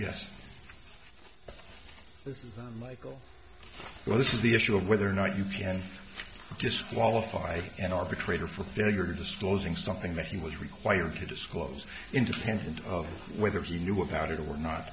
yes this is michael well this is the issue of whether or not you can disqualify an arbitrator for failure to disclosing something that he was required to disclose independent of whether he knew about it or not